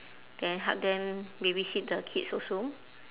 then help them babysit the kids also